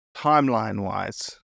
Timeline-wise